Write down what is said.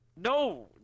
No